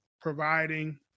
providing